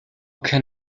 can